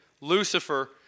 Lucifer